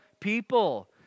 people